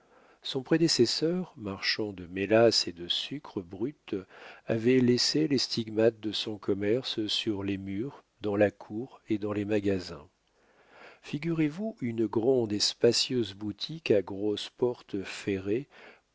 son prédécesseur marchand de mélasse et de sucre brut avait laissé les stigmates de son commerce sur les murs dans la cour et dans les magasins figurez-vous une grande et spacieuse boutique à grosses portes ferrées